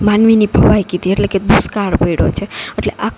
માનવીની ભવાઈ કીધી એટલે કે દુષ્કાળ પયડો છે એટલે